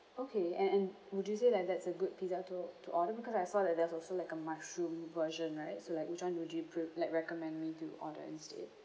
okay and and would you say that that's a good pizza to to order because I saw that there's also like a mushroom version right so like which one would you pr~ like recommend me to order instead